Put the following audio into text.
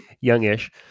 Young-ish